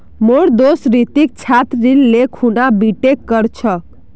मोर दोस्त रितिक छात्र ऋण ले खूना बीटेक कर छ